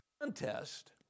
contest